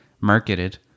marketed